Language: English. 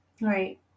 Right